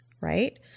right